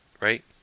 right